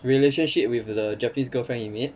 relationship with the japanese girlfriend he made